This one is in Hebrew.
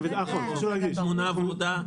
התמונה ורודה,